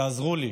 תעזרו לי.